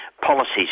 policies